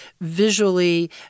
visually